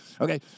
Okay